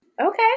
Okay